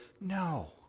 No